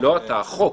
לא אתה, החוק.